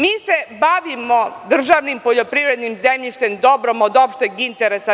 Mi se bavimo državnim poljoprivrednim zemljištem, dobrom od opšteg interesa.